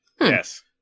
Yes